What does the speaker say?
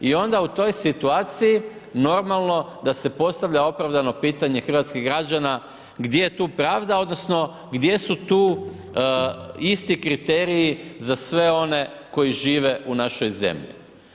I onda u toj situaciji normalno da se postavlja opravdano pitanje hrvatskih građana gdje je tu pravda odnosno gdje su tu isti kriteriji za sve one koji žive u našoj zemlji.